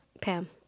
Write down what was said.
Pam